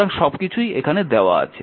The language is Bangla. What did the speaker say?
সুতরাং সবকিছুই এখানে দেওয়া আছে